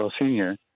Senior